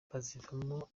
bazivamo